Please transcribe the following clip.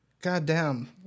goddamn